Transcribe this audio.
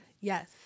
Yes